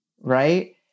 right